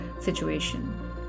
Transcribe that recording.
situation